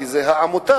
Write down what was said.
כי זו עמותה,